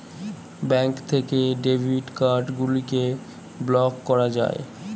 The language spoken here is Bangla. ব্যাঙ্ক থেকে ডেবিট কার্ড গুলিকে ব্লক করা যায়